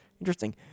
interesting